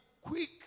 quick